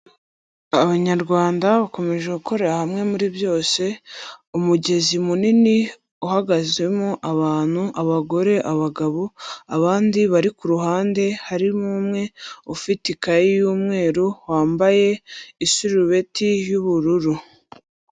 Abanyarwanda bakomeje gukorera hamwe muri byose, umugezi munini uhagazemo abantu abagore, abagabo, abandi bari ku ruhande harimo umwe ufite ikayi y'umweru wambaye isurubeti y'ubururu.